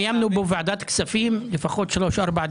קיימנו בוועדת הכספים לפחות שלושה-ארבעה